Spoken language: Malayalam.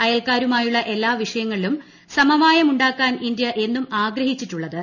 അയൽക്കാരുമായുള്ള എല്ലാ വിഷയങ്ങളിലും സമ വായമുണ്ടാക്കാൻ ഇന്ത്യ എന്നും ആഗ്രഹിച്ചിട്ടുള്ളത്